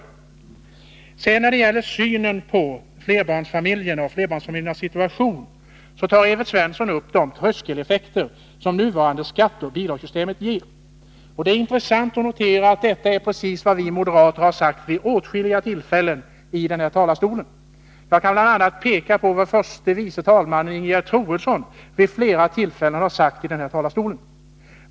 När Evert Svensson talade om synen på flerbarnsfamiljerna och deras situation tog han upp de tröskeleffekter som nuvarande skatteoch bidragssystem ger. Det är intressant att notera att det är precis vad vi moderater har gjort i åtskilliga debatter här i kammaren. Jag kan bl.a. peka på vad förste vice talmannen Ingegerd Troedsson vid flera tillfällen har sagt från denna talarstol.